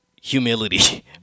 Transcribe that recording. humility